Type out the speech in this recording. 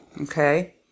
okay